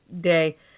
day